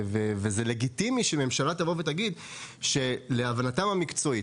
זה לגיטימי שממשלה תבוא ותגיד שלהבנתה המקצועית,